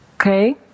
Okay